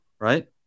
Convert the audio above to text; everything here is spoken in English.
right